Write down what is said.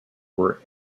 were